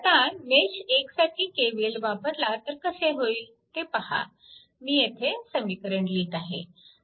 आता मेश 1 साठी KVL वापरला तर कसे होईल ते पहा मी येथे समीकरण लिहीत आहे